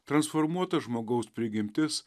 transformuota žmogaus prigimtis